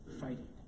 fighting